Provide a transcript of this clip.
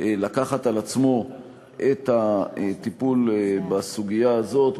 לקחת על עצמו את הטיפול בסוגיה הזאת.